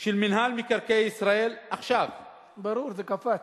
של מינהל מקרקעי ישראל עכשיו, ברור, זה קפץ.